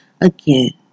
Again